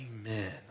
Amen